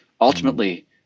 Ultimately